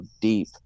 deep